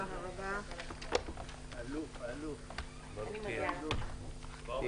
הישיבה ננעלה בשעה 11:00.